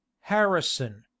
harrison